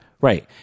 Right